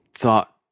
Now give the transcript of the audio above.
thought